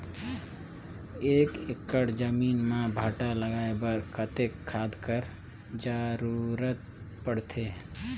एक एकड़ जमीन म भांटा लगाय बर कतेक खाद कर जरूरत पड़थे?